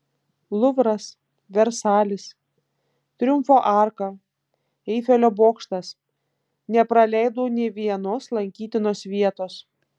luvras versalis triumfo arka eifelio bokštas nepraleidau nė vienos lankytinos vietos